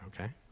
okay